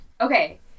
Okay